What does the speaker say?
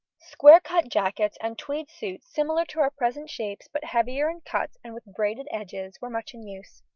square-cut jackets and tweed suits similar to our present shapes, but heavier in cut and with braided edges, were much in use.